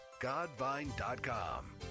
godvine.com